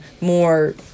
more